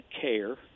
care